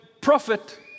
prophet